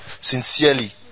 Sincerely